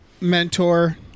mentor